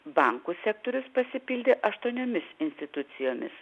bankų sektorius pasipildė aštuoniomis institucijomis